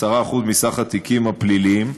10% מסך התיקים הפליליים,